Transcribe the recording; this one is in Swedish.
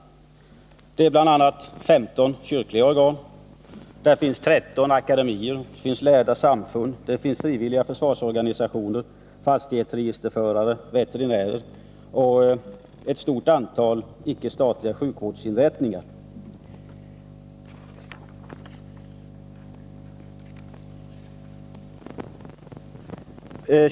Den gäller för bl.a. 15 kyrkliga organ, 13 akademier och lärda samfund, frivilliga försvarsorganisationer, fastighetsregisterförare, veterinärer och ett stort antal icke statliga sjukvårdsinrättningar.